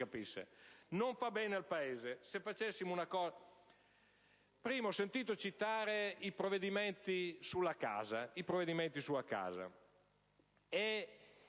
non fa bene al Paese.